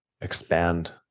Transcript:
expand